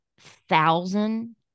thousand